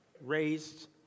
raised